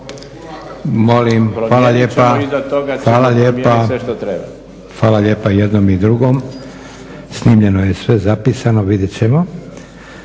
lijepa. Hvala lijepa. Hvala lijepa jednom i drugom. Snimljeno je sve, zapisano, vidjet ćemo.